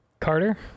Carter